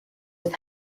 have